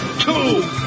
two